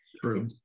True